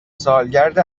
سالگرد